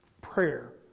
prayer